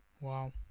wow